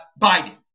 Biden